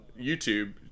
YouTube